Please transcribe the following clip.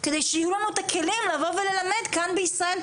כדי שיהיו לנו הכלים לבוא וללמד כאן בישראל,